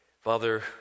Father